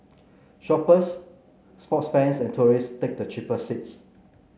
shoppers sports fans and tourists take the cheaper seats